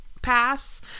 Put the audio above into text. pass